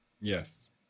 Yes